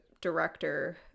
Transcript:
director